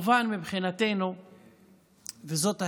זאת ההזדמנות,